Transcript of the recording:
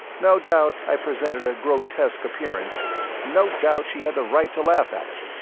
no doubt i presented a grotesque appearance, and no doubt she had the right to laugh at it,